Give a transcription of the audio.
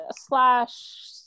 slash